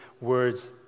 words